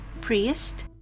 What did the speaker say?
priest